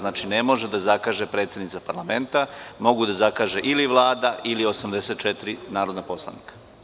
Ne može da zakaže predsednica parlamenta, mogu da zakažu ili Vlada ili 84 narodna poslanika.